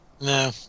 No